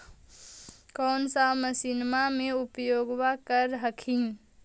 कौन सा मसिन्मा मे उपयोग्बा कर हखिन?